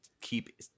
keep